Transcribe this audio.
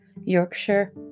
Yorkshire